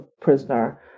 prisoner